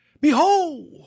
behold